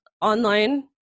online